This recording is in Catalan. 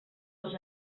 els